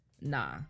nah